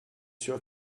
sûr